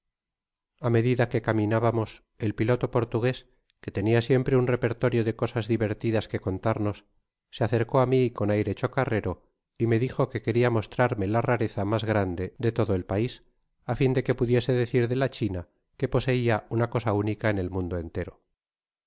a medida que caminábamos el piloto portagaés que tenia siempre un repertorio de cosas divertidas que contarnos se acercó á mi con aire chocarrero y me dijo ícfüe queria mostrarme la rareza mas grande de todo el pais á fin de que pudiese decir de la china que poseia una cosa única en el mundo entero